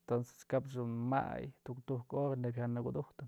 entonces kap dun may tuktuk hora neyb jya nëku'dujtë.